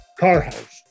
Carhouse